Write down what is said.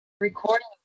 Recording